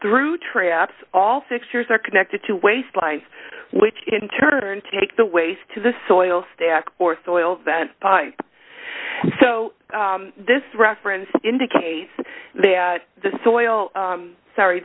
rough traps all six years are connected to waste life which in turn take the waste to the soil stack or soil vent pipe so this reference indicates that the soil sorry